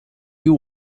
you